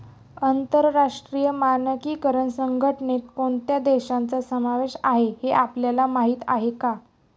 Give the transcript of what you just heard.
आंतरराष्ट्रीय मानकीकरण संघटनेत कोणत्या देशांचा समावेश आहे हे आपल्याला माहीत आहे का?